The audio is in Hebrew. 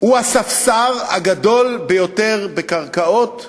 הוא הספסר הגדול ביותר בקרקעות במדינה.